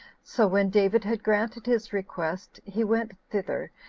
so when david had granted his request, he went thither,